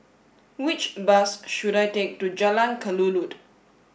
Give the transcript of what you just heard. which bus should I take to Jalan Kelulut